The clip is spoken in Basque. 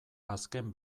azken